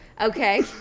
Okay